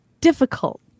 difficult